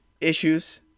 issues